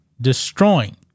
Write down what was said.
destroying